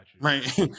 right